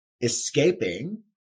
escaping